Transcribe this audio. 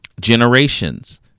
generations